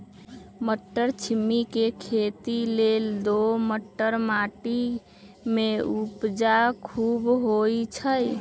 मट्टरछिमि के खेती लेल दोमट माटी में उपजा खुब होइ छइ